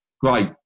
Great